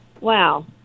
Wow